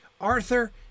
Arthur